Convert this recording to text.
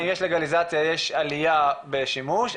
יש לגליזציה יש עליה בשימוש,